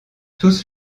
tous